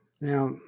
Now